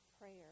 prayer